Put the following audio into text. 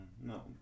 No